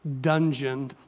dungeon